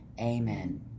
Amen